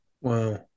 wow